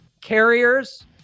carriers